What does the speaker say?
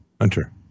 Hunter